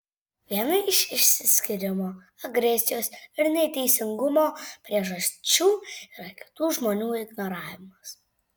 viena iš išsiskyrimo agresijos ir neteisingumo priežasčių yra kitų žmonių ignoravimas